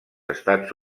estats